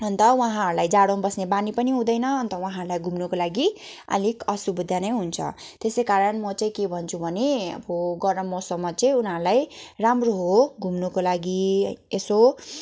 अन्त उहाँहरूलाई जाडोमा बस्ने बानी पनि हुँदैन अन्त उहाँहरूलाई घुम्नुको लागि अलिक असुविधा नै हुन्छ त्यसै कारण म चाहिँ के भन्छु भने अब गरम मौसममा चाहिँ उनीहरूलाई राम्रो हो घुम्नुको लागि यसो